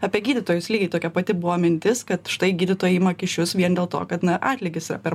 apie gydytojus lygiai tokia pati buvo mintis kad štai gydytojai ima kyšius vien dėl to kad na atlygis per